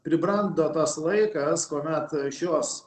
pribrendo tas laikas kuomet šios